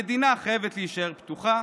המדינה חייבת להישאר פתוחה,